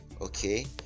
okay